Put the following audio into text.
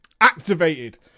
Activated